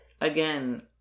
again